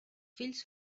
fills